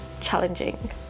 challenging